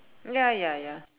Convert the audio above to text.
ya ya ya